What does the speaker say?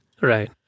Right